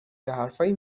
یاحرفایی